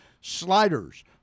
Sliders